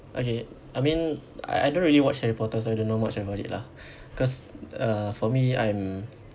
okay I mean I I don't really watch harry potter so I don't know much about it lah cause uh for me I'm